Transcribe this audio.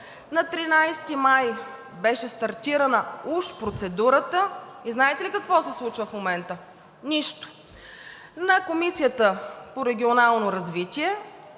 На 13 май беше стартирана уж процедурата. Знаете ли какво се случва в момента? Нищо! На Комисията по регионално развитие